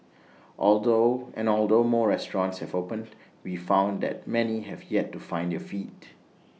although and although more restaurants have opened we found that many have yet to find their feet